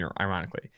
ironically